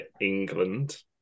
England